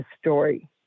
story